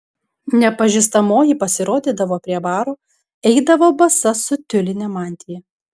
nepažįstamoji pasirodydavo prie baro eidavo basa su tiuline mantija